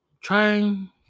Trying